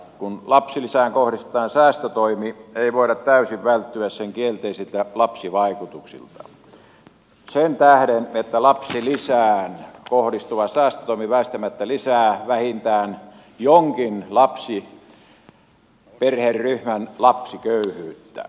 kun lapsilisään kohdistetaan säästötoimi ei voida täysin välttyä sen kielteisiltä lapsivaikutuksilta sen tähden että lapsilisään kohdistuva säästötoimi väistämättä lisää vähintään jonkin lapsiperheryhmän lapsiköyhyyttä